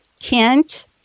Kent